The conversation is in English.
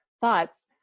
thoughts